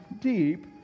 deep